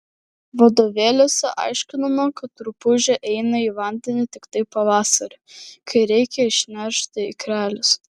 vadovėliuose aiškinama kad rupūžė eina į vandenį tiktai pavasarį kai reikia išneršti ikrelius